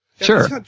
Sure